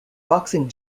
boxing